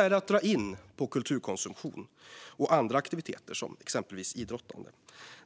är att dra in på kulturkonsumtion och andra aktiviteter, exempelvis idrottande.